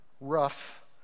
rough